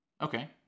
Okay